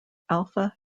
alpha